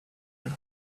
your